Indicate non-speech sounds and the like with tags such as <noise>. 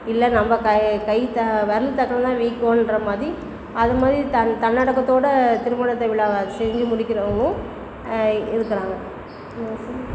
இல்லை நம்ம கை கை தா விரலுக்கு தகுந்தது தான் வீக்கன்ற மாதிரி அது மாதிரி தன் தன்னடக்கத்தோடு திருமணத்தை விழாவ செஞ்சு முடிக்கிறவங்களும் இருக்கிறாங்க <unintelligible>